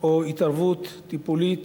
או התערבות טיפולית,